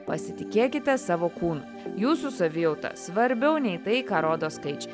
pasitikėkite savo kūnu jūsų savijauta svarbiau nei tai ką rodo skaičiai